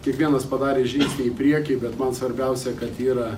kiekvienas padarė žingsnį į priekį bet man svarbiausia kad yra